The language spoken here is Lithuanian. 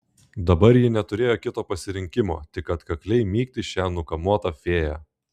dabar ji neturėjo kito pasirinkimo tik atkakliai mygti šią nukamuotą fėją